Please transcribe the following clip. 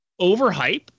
overhype